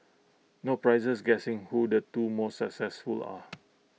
no prizes guessing who the two most successful are